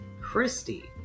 Christy